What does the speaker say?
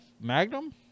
magnum